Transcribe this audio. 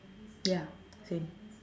ya same